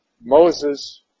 Moses